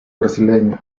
brasileño